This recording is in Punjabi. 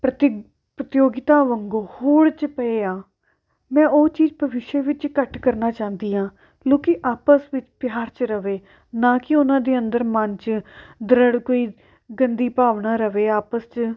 ਪ੍ਰਤੀ ਪ੍ਰਤਿਯੋਗਿਤਾ ਵਾਂਗੂੰ ਹੋੜ 'ਚ ਪਏ ਆ ਮੈਂ ਉਹ ਚੀਜ਼ ਭਵਿੱਖ ਵਿੱਚ ਘੱਟ ਕਰਨਾ ਚਾਹੁੰਦੀ ਹਾਂ ਲੋਕੀਂ ਆਪਸ ਵਿੱਚ ਪਿਆਰ 'ਚ ਰਹੇ ਨਾ ਕਿ ਉਹਨਾਂ ਦੇ ਅੰਦਰ ਮਨ 'ਚ ਦ੍ਰਿੜ ਕੋਈ ਗੰਦੀ ਭਾਵਨਾ ਰਹੇ ਆਪਸ 'ਚ